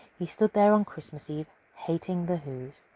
he stood there on christmas eve, hating the whos,